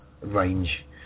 range